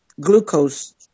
glucose